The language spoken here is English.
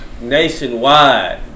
Nationwide